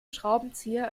schraubenzieher